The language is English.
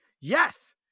Yes